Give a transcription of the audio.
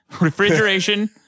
refrigeration